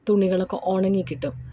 തുണികളൊക്കെ ഉണങ്ങിക്കിട്ടും